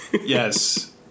yes